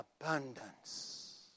abundance